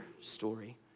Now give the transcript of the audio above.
story